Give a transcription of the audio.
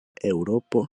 eŭropo